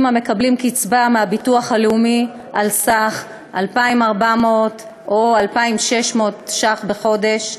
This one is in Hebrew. המקבלים קצבה מהביטוח הלאומי על סך 2,400 או 2,600 ש"ח בחודש,